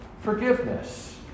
forgiveness